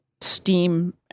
steam